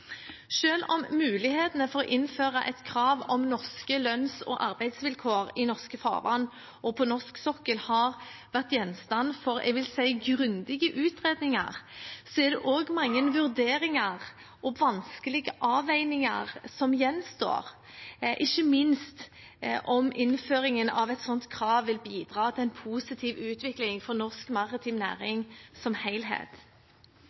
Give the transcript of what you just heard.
om mulighetene for å innføre et krav om norske lønns- og arbeidsvilkår i norske farvann og på norsk sokkel har vært gjenstand for grundige utredninger, er det også mange vurderinger og vanskelige avveininger som gjenstår, ikke minst om innføringen av et slikt krav vil bidra til en positiv utvikling for norsk maritim